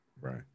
Right